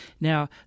Now